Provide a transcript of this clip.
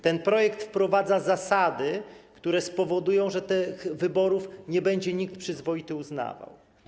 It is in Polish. Ten projekt wprowadza zasady, które spowodują, że tych wyborów nie będzie nikt przyzwoity uznawał.